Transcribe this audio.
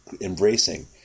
embracing